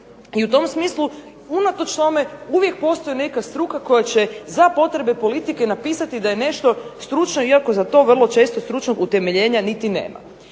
I u tom smislu unatoč tome uvijek postoji neka struka koja će za potrebe politike napisati da je nešto stručno iako za to vrlo često stručnog utemeljenja niti nema.